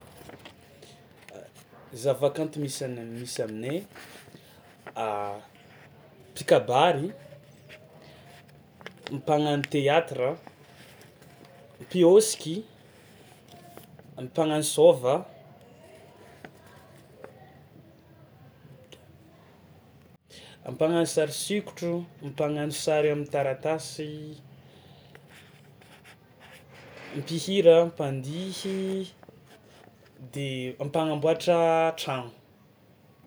Zavakanto misy any am- misy aminay mpikabary, mpagnano teatra, mpiôsiky, mpagnasôva, mpagnano sary sikotro, mpagnano sary am'taratasy mpihira, mpandihy de mpagnamboatra tragno.